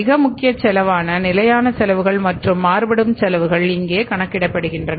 மிக முக்கியமானசெலவான நிலையான செலவுகள் மற்றும் மாறுபடும் செலவுகள் இங்கே கணக்கிடப்படுகின்றன